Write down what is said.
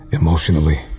emotionally